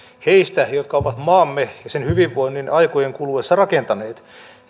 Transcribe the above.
heistä jotka ovat maamme ja sen hyvinvoinnin aikojen kuluessa rakentaneet